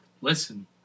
listen